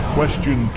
Question